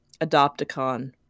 adopticon